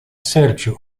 serĉu